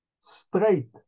straight